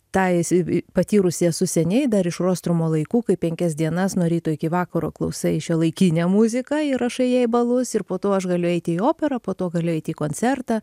tą isi patyrusi esu seniai dar iš rostrumo laikų kai penkias dienas nuo ryto iki vakaro klausai šiuolaikinę muziką ir rašai jai balus ir po to aš galiu eiti į operą po to galiu eit į koncertą